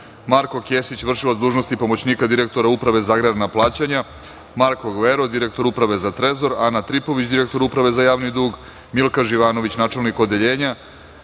Marko Kesić, vršilac dužnosti pomoćnika direktora Uprave za agrarna plaćanja, Marko Gvero, direktor Uprave za trezor, Ana Tripović, direktor Uprave za javni dug, Milka Živanović, načelnik odeljenja,